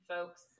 folks